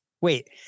Wait